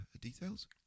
details